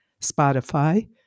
Spotify